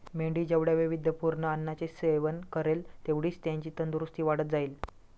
मेंढी जेवढ्या वैविध्यपूर्ण अन्नाचे सेवन करेल, तेवढीच त्याची तंदुरस्ती वाढत जाईल